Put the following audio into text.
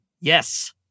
Yes